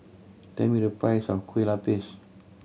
tell me the price of kue lupis